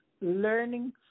learning